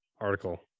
article